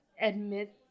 admit